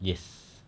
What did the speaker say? yes